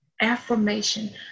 Affirmation